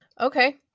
Okay